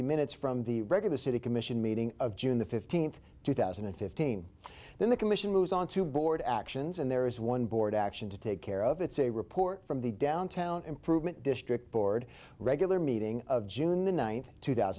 the minutes from the regular city commission meeting of june the fifteenth two thousand and fifteen then the commission moves on to board actions and there is one board action to take care of it's a report from the downtown improvement district board regular meeting of june the ninth two